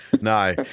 No